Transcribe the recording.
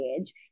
age